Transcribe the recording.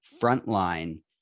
frontline